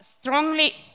Strongly